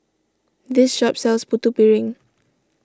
this shop sells Putu Piring